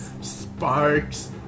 sparks